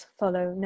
follow